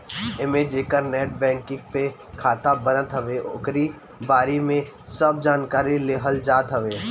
एमे जेकर net banking पे खाता बनत हवे ओकरी बारे में सब जानकारी लेहल जात हवे